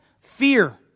fear